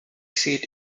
seat